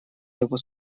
его